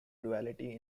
duality